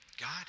God